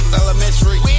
elementary